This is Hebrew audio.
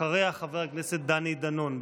אחריה, חבר הכנסת דני דנון.